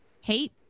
hate